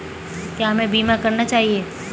क्या हमें बीमा करना चाहिए?